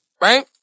right